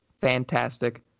fantastic